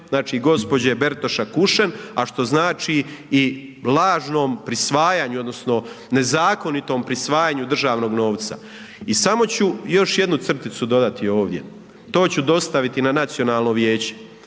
znači gđe. Bertoša Kušen, a što znači i lažnom prisvajanju, odnosno, nezakonitom prisvajanju državnog novca. I samo ću još jednu crticu dodati ovdje, to ću dostaviti na Nacionalno vijeće,